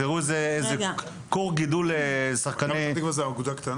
תיראו איזה כור גידול שחקני --- מכבי פתח תקווה זה אגודה קטנה?